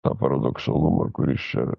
tą paradoksalumą kuris čia